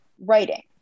writing